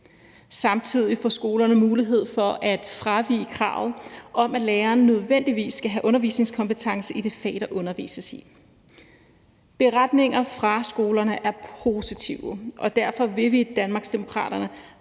Samtidig får skolerne mulighed for at fravige kravet om, at læreren nødvendigvis skal have undervisningskompetence i det fag, der undervises i. Beretningerne fra skolerne er positive, og derfor vil vi i Danmarksdemokraterne